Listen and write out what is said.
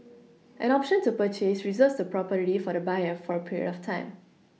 an option to purchase Reserves the property for the buyer for a period of time